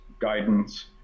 guidance